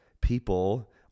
people